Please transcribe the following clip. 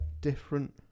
different